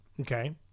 okay